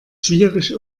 schwierig